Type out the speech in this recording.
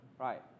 right